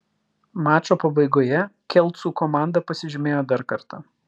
mačo pabaigoje kelcų komanda pasižymėjo dar kartą